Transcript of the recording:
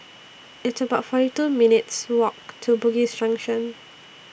It's about forty two minutes' Walk to Bugis Junction